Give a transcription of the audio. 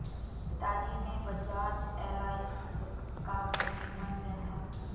पिताजी ने बजाज एलायंस का घर बीमा लिया था